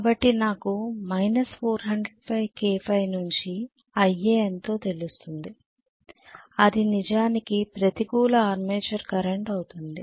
కాబట్టి నాకు నుంచి Ia ఎంతో తెలుస్తుంది అది నిజానికి ప్రతికూల ఆర్మేచర్ కరెంట్ అవుతుంది